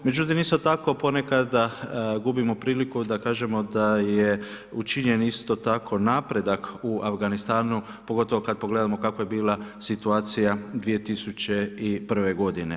Međutim, isto tako ponekada gubimo priliku da kažemo da je učinjen isto tako napredak u Afganistanu pogotovo kada pogledamo kako je bila situacija 2001. godine.